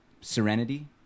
serenity